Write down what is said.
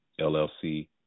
LLC